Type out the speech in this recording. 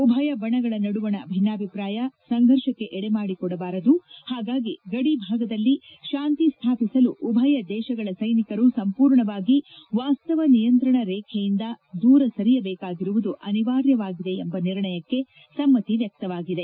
ಉಭಯ ಬಣಗಳ ನಡುವಣ ಭಿನ್ವಾಭಿಪ್ರಾಯ ಸಂಘರ್ಷಕ್ಕೆ ಎಡೆಮಾಡಿಕೊಡಬಾರದು ಹಾಗಾಗಿ ಗಡಿ ಭಾಗದಲ್ಲಿ ಶಾಂತಿ ಸ್ವಾಪಿಸಲು ಉಭಯ ದೇಶಗಳ ಸೈನಿಕರು ಸಂಪೂರ್ಣವಾಗಿ ವಾಸ್ತವ ನಿಯಂತ್ರಣ ರೇಖೆಯಿಂದ ದೂರ ಸರಿಯಬೇಕಾಗಿರುವುದು ಅನಿವಾರ್ಯವಾಗಿದೆ ಎಂಬ ನಿರ್ಣಯಕ್ಕೆ ಸಮ್ಮತಿ ವ್ಯಕ್ತವಾಗಿದೆ